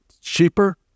cheaper